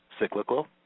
Cyclical